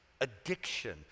addiction